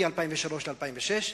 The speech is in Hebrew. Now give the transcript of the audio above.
מ-2003 ל-2006.